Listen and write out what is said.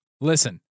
Listen